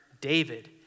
David